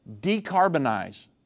decarbonize